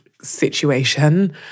situation